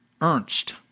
Ernst